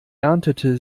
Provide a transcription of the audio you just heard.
erntete